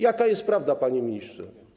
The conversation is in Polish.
Jaka jest prawda, panie ministrze?